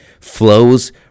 flows